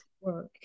work